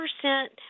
percent